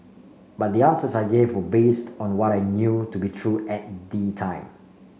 but the answers I gave were based on what I knew to be true at the time